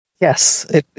Yes